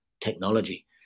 technology